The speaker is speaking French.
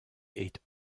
est